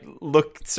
look